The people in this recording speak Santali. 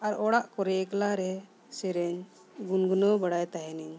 ᱟᱨ ᱚᱲᱟᱜ ᱠᱚᱨᱮ ᱮᱠᱞᱟ ᱨᱮ ᱥᱮᱨᱮᱧ ᱜᱩᱱᱜᱩᱱᱟᱹᱣ ᱵᱟᱲᱟᱭ ᱛᱟᱦᱮᱱᱤᱧ